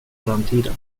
framtiden